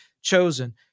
chosen